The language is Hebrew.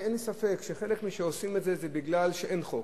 שאין לי ספק שחלק שעושים את זה, זה בגלל שאין חוק.